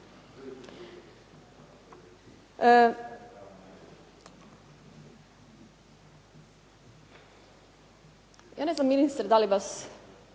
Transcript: Ja ne znam ministre da li vas,